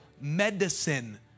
Medicine